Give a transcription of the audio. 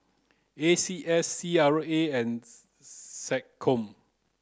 A C S C R A